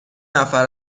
نفر